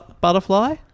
Butterfly